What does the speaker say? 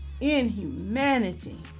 inhumanity